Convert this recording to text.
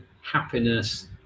happiness